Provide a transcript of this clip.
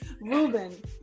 Ruben